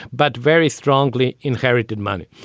but very strongly inherited money.